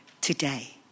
today